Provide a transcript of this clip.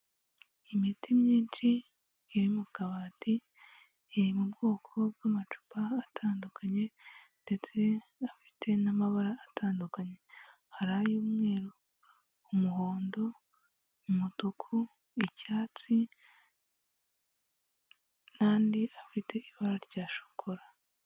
Imiti myinshi iri mu kabati iri mu bwoko bw'amacupa atandukanye ndetse afite n'amabara atandukanye, hari ay'umweru umuhondo, umutuku icyatsi, n'andi afite ibara rya shokola.